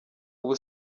ubu